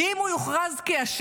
כי אם הוא יוכרז כאשם,